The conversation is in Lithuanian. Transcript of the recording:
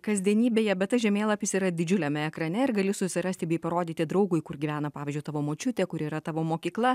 kasdienybėje bet tas žemėlapis yra didžiuliame ekrane ir gali susirasti bei parodyti draugui kur gyvena pavyzdžiui tavo močiutė kur yra tavo mokykla